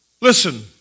Listen